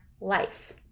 life